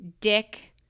dick